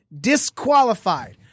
disqualified